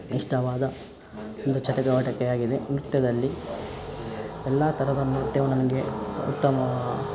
ಇಷ್ಟವಾದ ಒಂದು ಚಟುವಟಿಕೆಯಾಗಿದೆ ನೃತ್ಯದಲ್ಲಿ ಎಲ್ಲ ಥರದ ನೃತ್ಯವು ನನಗೆ ಉತ್ತಮವಾ